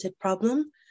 problem